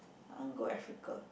I want go Africa